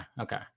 Okay